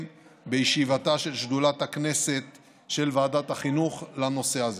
בישיבתה של שדולת הכנסת של ועדת החינוך לנושא הזה.